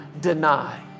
deny